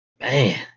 Man